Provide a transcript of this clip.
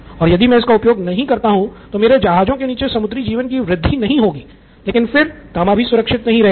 और यदि मैं इसका उपयोग नहीं करता हूं तो मेरे जहाज़ों के नीचे समुद्री जीवन की वृद्धि नहीं होगी लेकिन फिर तांबा भी सुरक्षित नहीं रहेगा